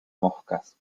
moscas